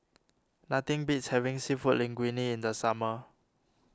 nothing beats having Seafood Linguine in the summer